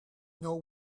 know